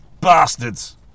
Bastards